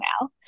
now